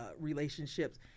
relationships